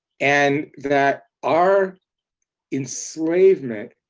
and that our enslavement